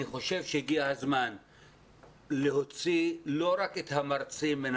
אני חושב שהגיע הזמן להוציא לא רק את המרצים מן